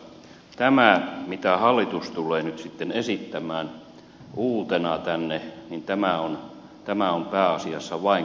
tämä mitä hallitus tulee nyt sitten esittämään uutena tänne on pääasiassa vain kosmetiikkaa